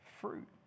fruit